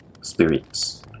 spirits